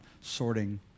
sorting